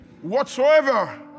whatsoever